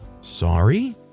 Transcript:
Sorry